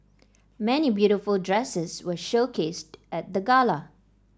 many beautiful dresses were showcased at the gala